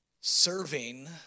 serving